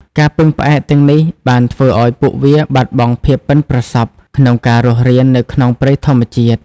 ការពឹងផ្អែកទាំងនេះ បានធ្វើឱ្យពួកវាបាត់បង់ភាពប៉ិនប្រសប់ក្នុងការរស់រាននៅក្នុងព្រៃធម្មជាតិ។